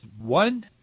one